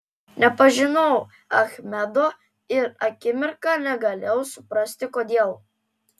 nepažinau achmedo ir akimirką negalėjau suprasti kodėl